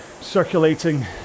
circulating